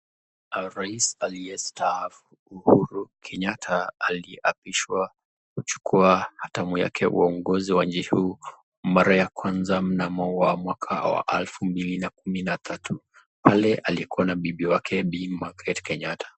Rais aliye staafu Uhuru Kenyatta aliyeapishwa kuchukua atamu wake uongozini ya zkeshuu mara ya kwanza mnamo miaka ya elfu mbilu na kumi na tatu, pale alikua na bibi yake Bi Margaret Kenyatta.